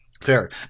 Fair